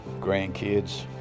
grandkids